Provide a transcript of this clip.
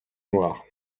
noires